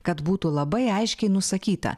kad būtų labai aiškiai nusakyta